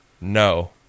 No